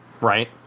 right